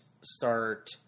start